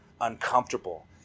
uncomfortable